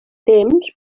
temps